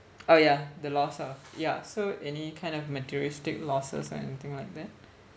oh ya the loss of ya so any kind of materialistic losses or anything like that